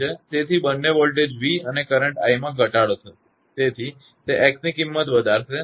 તેથી બંને voltage v અને કરંટ i માં ઘટાડો થશે તેથી તે x ની કિંમત વધારશે